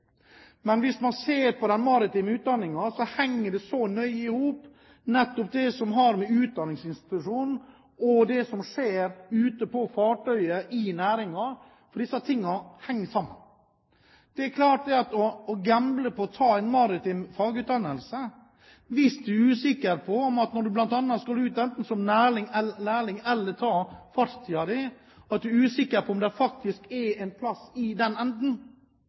Men hvis man ser på den maritime utdanningen, henger det nøye i hop – det som har med utdanningsinstitusjonen å gjøre, og det som skjer ute på fartøyer i næringen. Disse tingene henger sammen. Det er klart at det er å gamble å ta en maritim fagutdannelse, hvis du er usikker på – når du skal ut enten som lærling eller ta fartstiden din – om det faktisk er en plass i den enden.